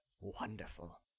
Wonderful